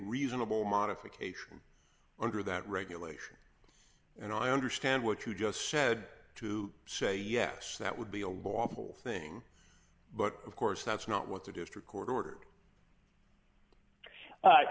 reasonable modification under that regulation and i understand what you just said to say yes that would be a lawful thing but of course that's not what the district